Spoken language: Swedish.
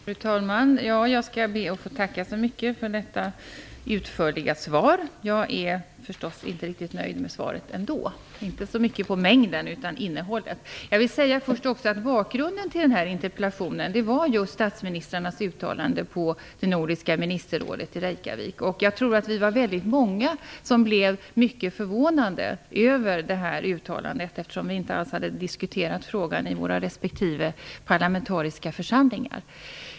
Fru talman! Jag skall be att få tacka så mycket för detta utförliga svar. Men jag är förstås inte riktigt nöjd med svaret ändå. Det gäller inte så mycket omfattningen som innehållet. Bakgrunden till min interpellation är det uttalande som statsministrarna gjorde på det nordiska ministerrådets möte i Reykjavik. Jag tror att vi var väldigt många som blev mycket förvånade över det här uttalandet, eftersom frågan inte hade diskuterats i våra respektive parlamentariska församlingar.